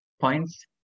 points